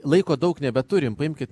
laiko daug nebeturim paimkit